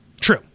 True